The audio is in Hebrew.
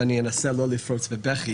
ואנסה לא לפרוץ בבכי.